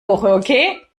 woche